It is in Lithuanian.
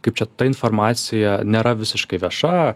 kaip čia ta informacija nėra visiškai vieša